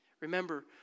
Remember